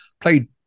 played